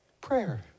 prayer